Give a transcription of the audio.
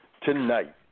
tonight